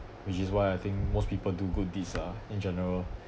which is why I think most people do good deeds ah in general